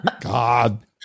God